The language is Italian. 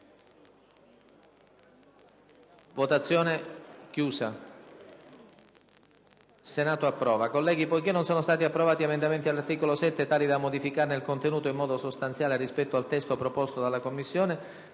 stato ritirato. Onorevoli colleghi, poiché non sono stati approvati emendamenti all'articolo 7 tali da modificarne il contenuto in modo sostanziale rispetto al testo proposto dalla Commissione,